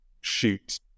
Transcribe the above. shoot